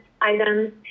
items